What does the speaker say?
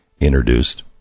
introduced